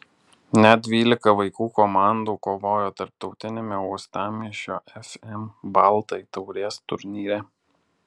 net dvylika vaikų komandų kovojo tarptautiniame uostamiesčio fm baltai taurės turnyre